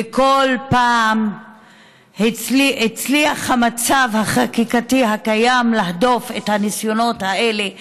וכל פעם הצליח המצב החקיקתי הקיים להדוף את הניסיונות האלה לצנזר,